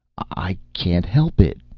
i can't help it,